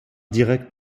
direct